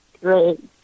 Great